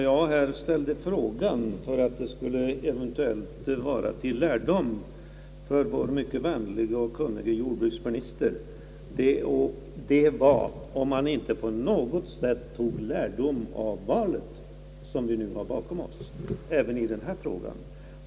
Jag ställde här frågan för att det eventuellt skulle bli till lärdom för vår mycket vänlige och kunnige jordbruksminister, om man inte på något sätt borde ta lärdom av det val som vi nu har bakom oss, även i denna fråga.